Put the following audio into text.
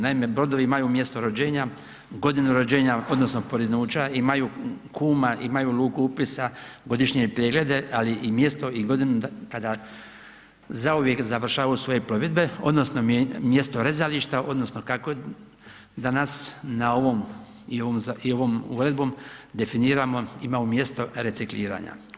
Naime, brodovi imaju mjesto rođenja, godinu rođenja, odnosno porinuća, imaju kuma, imaju luku upisa, godišnje preglede, ali i mjesto i godinu kada zauvijek završavaju svoje plovidbe odnosno mjesto rezališta, odnosno kako danas na ovom i ovom uredbom definiramo, imamo mjesto reciklirana.